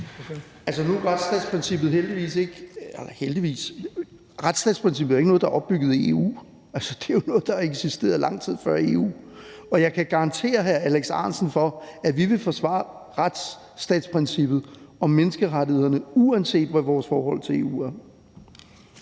retsstatsprincippet ikke noget, der er opbygget i EU. Det er jo noget, der har eksisteret lang tid før EU. Og jeg kan garantere hr. Alex Ahrendtsen for, at vi vil forsvare retsstatsprincippet og menneskerettighederne, uanset hvad vores forhold til EU er.